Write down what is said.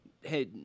Hey